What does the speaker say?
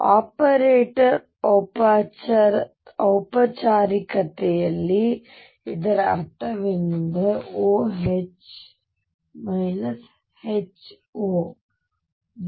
operator ಔಪಚಾರಿಕತೆಯಲ್ಲಿ ಇದರ ಅರ್ಥವೇನೆಂದರೆ OH HO 0